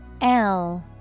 -L